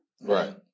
Right